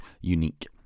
unique